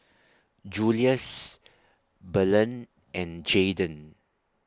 Julious Belen and Jadon